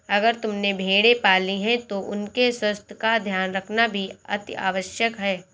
अगर तुमने भेड़ें पाली हैं तो उनके स्वास्थ्य का ध्यान रखना भी अतिआवश्यक है